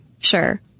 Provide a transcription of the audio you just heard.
Sure